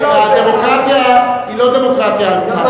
הדמוקרטיה היא לא דמוקרטיה על-תנאי.